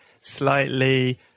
Slightly